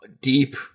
Deep